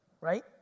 Right